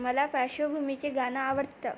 मला पार्श्वभूमीचे गाणं आवडतं